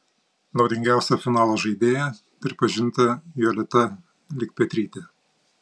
naudingiausia finalo žaidėja pripažinta jolita likpetrytė